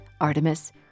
Artemis